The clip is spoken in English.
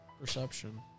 perception